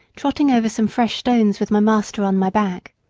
trotting over some fresh stones with my master on my back,